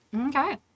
Okay